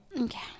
Okay